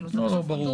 ברור.